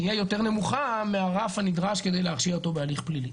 תהיה יותר נמוכה מהרף הנדרש כדי להרשיע אותו בהליך פלילי.